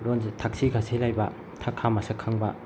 ꯂꯣꯟꯁꯦ ꯊꯛꯁꯤ ꯈꯥꯁꯤ ꯂꯩꯕ ꯊꯛ ꯈꯥ ꯃꯁꯛ ꯈꯪꯕ